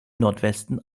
nordwesten